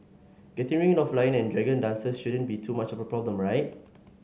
getting rid of lion and dragon dances shouldn't be too much of a problem right